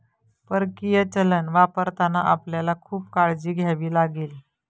परकीय चलन वापरताना आपल्याला खूप काळजी घ्यावी लागेल